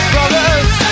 Brothers